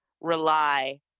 rely